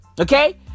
Okay